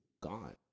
Gone